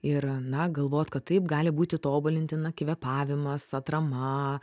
ir na galvot kad taip gali būti tobulintina kvėpavimas atrama